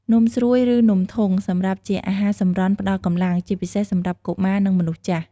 នំស្រួយ ឬនំធុង សម្រាប់ជាអាហារសម្រន់ផ្តល់កម្លាំង ជាពិសេសសម្រាប់កុមារ និងមនុស្សចាស់។